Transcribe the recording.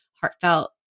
heartfelt